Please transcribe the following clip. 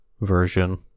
version